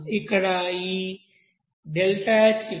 ఇప్పుడు ఈ ΔHH2 H1